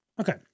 Okay